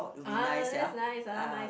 ah that's nice ah nice